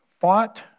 fought